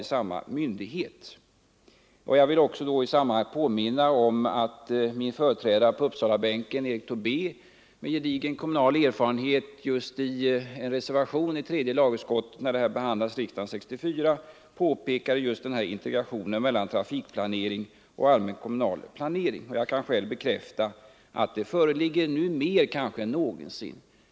I sammanhanget vill jag påminna om att min företrädare på Uppsalabänken, Frik Tobé, med gedigen kommunal erfarenhet i en reservation i tredje lagutskottet, när den här frågan behandlades i riksdagen år 1964, pekade på just integrationen mellan trafikplanering och allmän kommunal planering. Jag kan själv bekräfta att den fortfarande föreligger, kanske mer nu än någonsin.